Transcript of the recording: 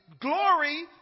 Glory